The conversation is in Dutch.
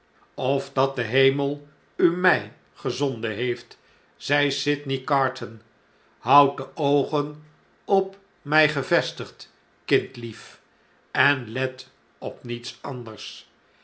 of dat de hemel u my gezonden heeft zei sydney carton houd de oogen op mij gevestigd kindlief en let op niets anders